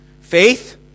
faith